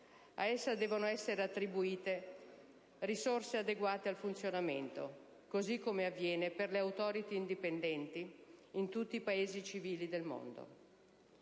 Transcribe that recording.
a essa devono essere attribuite risorse adeguate al suo funzionamento, così come avviene per le *authority* indipendenti in tutti i Paesi civili del mondo.